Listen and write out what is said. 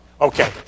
Okay